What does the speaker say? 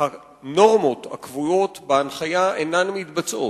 הנורמות הקבועות בהנחיה אינן מתבצעות?